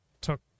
took